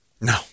No